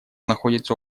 находится